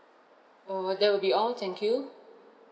oh that will be all thank you